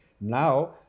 Now